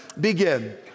Begin